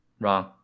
Wrong